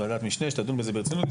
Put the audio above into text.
ועדת משנה שתדון בזה ברצינות.